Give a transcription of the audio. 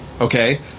Okay